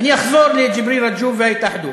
אני אחזור לג'יבריל רג'וב וההתאחדות.